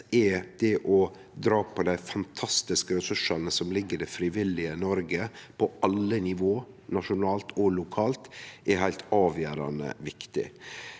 er det å dra på dei fantastiske ressursane som ligg der i det frivillige Noreg på alle nivå, nasjonalt og lokalt, heilt avgjerande viktig.